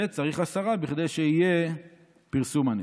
וצריך עשרה כדי שיהיה פרסום הנס.